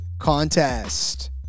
Contest